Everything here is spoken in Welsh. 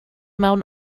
mewn